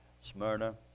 Smyrna